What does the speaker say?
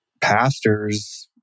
pastors